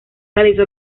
realizó